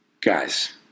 Guys